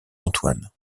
antoine